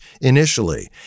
initially